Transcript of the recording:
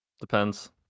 Depends